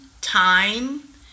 time